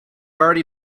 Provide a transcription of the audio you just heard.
already